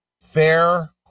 fair